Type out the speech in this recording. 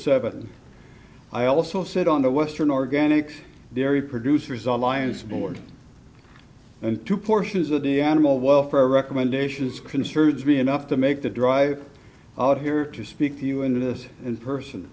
seven i also sit on the western organic very produce result lions board into portions of the animal welfare recommendations concerns me enough to make the drive out here to speak to you into this in person